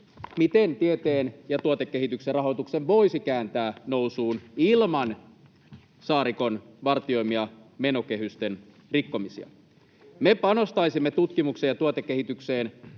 miten tieteen ja tuotekehityksen rahoituksen voisi kääntää nousuun ilman Saarikon vartioimia menokehysten rikkomisia. Me panostaisimme tutkimukseen ja tuotekehitykseen